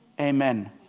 Amen